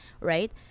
Right